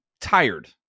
tired